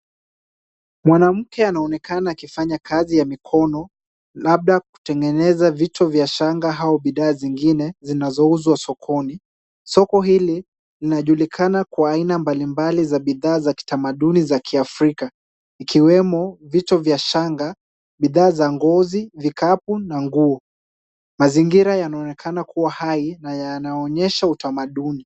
Mwanamke anaonekana akifanya kazi ya mikono labda kutengeneza vito vya shanga au bidhaa zingine zinazouzwa sokoni. Soko hili linajulikana kwa aina mbalimbali za bidhaa za kitamaduni za kiafrika ikiwemo vito vya shanga, bidhaa za ngozi, vikapu na nguo. Mazingira yanaonekana kuwa hai na yanaonyesha utamaduni.